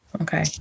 Okay